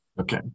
Okay